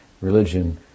religion